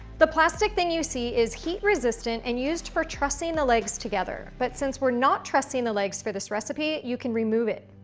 the plastic thing you see is heat resistant and used for trusting the legs together. but since we're not trusting the legs for this recipe, you can remove it.